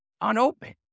unopened